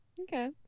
okay